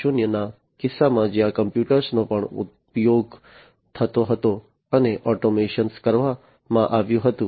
0 ના કિસ્સામાં જ્યાં કમ્પ્યુટર્સનો પણ ઉપયોગ થતો હતો અને ઓટોમેશન કરવામાં આવ્યું હતું